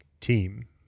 team